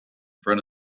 front